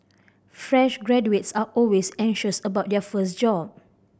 fresh graduates are always anxious about their first job